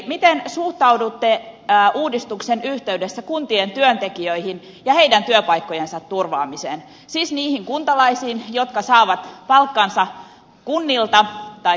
miten suhtaudutte uudistuksen yhteydessä kuntien työntekijöihin ja heidän työpaikkojensa turvaamiseen siis niihin kuntalaisiin jotka saavat palkkansa kunnilta tai kuntayhtymiltä